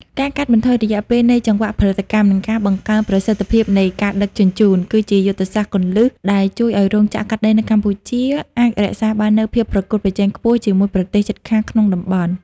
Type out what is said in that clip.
ការកាត់បន្ថយរយៈពេលនៃចង្វាក់ផលិតកម្ម និងការបង្កើនប្រសិទ្ធភាពនៃការដឹកជញ្ជូន គឺជាយុទ្ធសាស្ត្រគន្លឹះដែលជួយឱ្យរោងចក្រកាត់ដេរនៅកម្ពុជាអាចរក្សាបាននូវភាពប្រកួតប្រជែងខ្ពស់ជាមួយប្រទេសជិតខាងក្នុងតំបន់។